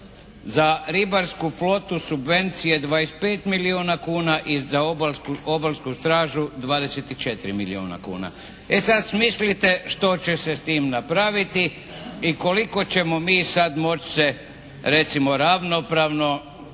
za ribarsku flotu subvencije 25 milijuna kuna i za obalsku stražu 24 milijuna kuna. E sad smislite što će se s time napraviti i koliko ćemo mi sada moći se recimo ravnopravno